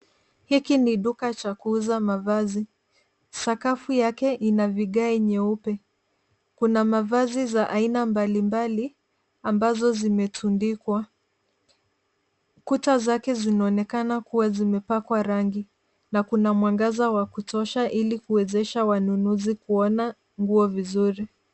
Hiki ni duka cha kuuza mavazi. Sakafu yake ina vigai nyeupe. Kuna mavazi za aina mbalimbali ambazo zimetundikwa. Kuta zake zinaonekana kuwa zimepakwa rangi na kuna mwangaza wa kutosha ili kuwezesha wanunuzi kuona nguo vizuri.